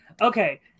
okay